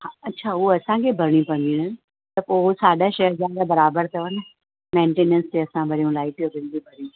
अच्छा उहा असां खे भरिणी पवंदी आहे न त पोइ हूअ साढा छह हज़ार में बराबर अथव न मैंटेनेंस बि असां भरियूं लाइट जो बिल बी भरियूं